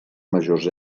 majors